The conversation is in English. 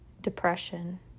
depression